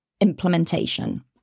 implementation